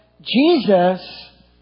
Jesus